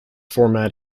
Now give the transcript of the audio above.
format